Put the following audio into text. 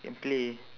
can play